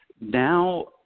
now